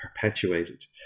perpetuated